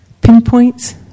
pinpoints